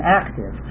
active